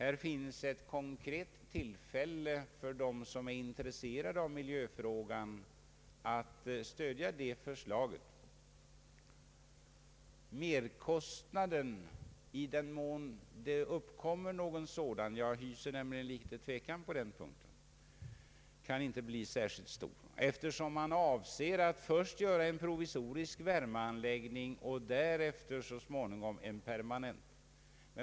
Nu finns det ett konkret tillfälle för dem som är intresserade av miljöfrågan att stödja ett förslag som tar sikte just på den saken. Merkostnaden, i den mån det uppkommer någon sådan — jag hyser tvekan på den punkten — kan inte bli särskilt stor, eftersom man avser att först göra en provisorisk värmeanläggning och därefter så småningom en permanent.